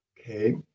Okay